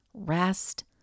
Rest